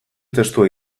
testua